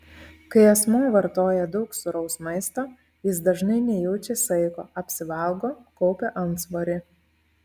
kai asmuo vartoja daug sūraus maisto jis dažnai nejaučia saiko apsivalgo kaupia antsvorį